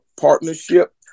partnership